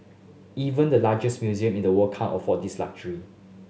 even the largest museum in the world can't afford this luxury